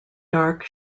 dark